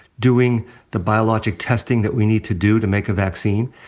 doing the biologic testing that we need to do to make a vaccine.